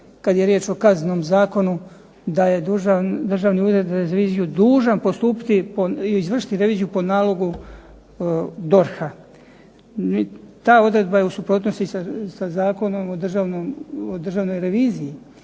kad je riječ o Kaznenom zakonu da je dužan Državni ured za reviziju postupiti, izvršiti reviziju po nalogu DORH-a. Ta odredba je u suprotnosti sa Zakonom o državnoj reviziji